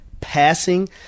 passing